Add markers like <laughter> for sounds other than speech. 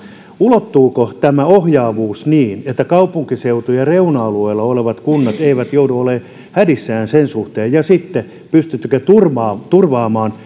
ulottuuko tämä ohjaavuus niin että kaupunkiseutujen reuna alueilla olevat kunnat eivät joudu olemaan hädissään sen suhteen ja sitten pystyttekö turvaamaan <unintelligible>